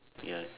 ya